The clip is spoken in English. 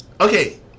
okay